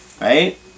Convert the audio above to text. right